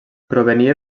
provenia